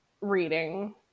reading